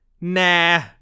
nah